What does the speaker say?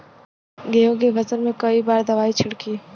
गेहूँ के फसल मे कई बार दवाई छिड़की?